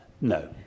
No